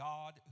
God